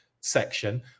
section